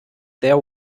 there